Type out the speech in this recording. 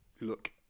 look